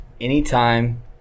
Anytime